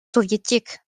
soviétique